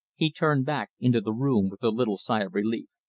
he turned back into the room with a little sigh of relief.